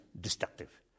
destructive